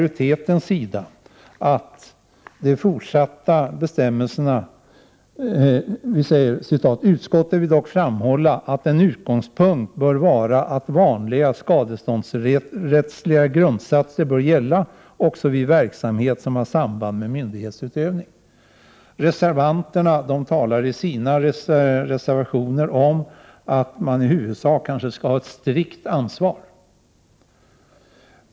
I betänkandet står det att: ”Utskottet vill dock framhålla att en utgångspunkt bör vara att vanliga skadeståndsrättsliga grundsatser bör gälla också vid verksamhet som har samband med myndighetsutövning.” Reservanterna talar i sina reservationer om att man i huvudsak skall ha ett strikt ansvar.